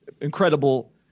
incredible